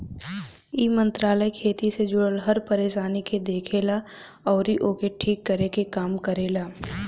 इ मंत्रालय खेती से जुड़ल हर परेशानी के देखेला अउरी ओके ठीक करे के काम करेला